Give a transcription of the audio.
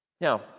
Now